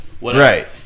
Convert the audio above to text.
Right